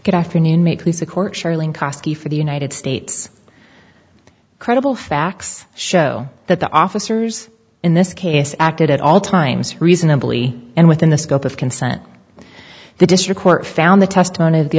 good afternoon make me sick or charlene kosky for the united states credible facts show that the officers in this case acted at all times reasonably and within the scope of consent the district court found the testimon